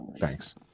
Thanks